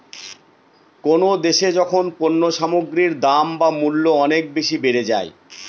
কোনো দেশে যখন পণ্য সামগ্রীর দাম বা মূল্য অনেক বেশি বেড়ে যায়